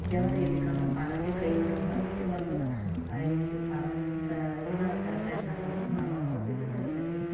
ಜವಾರಿ ಇರ್ಲಿಕ್ಕಂದ್ರೆ ಪಾರಮ್ಗೆ ಕೈ ಒಡ್ಡೋ ಪರಿಸ್ಥಿತಿ ಬರ್ತದೆ ಹಾಗೆ ಐತಿ ಪಾರಮ್ ಸಾ ಇವನ್ನ ತರಕಾರಿನ ತಂದು ಮಾಡೋವಂಥದ್ದು ಇದೂ ಇರ್ತೈತಿ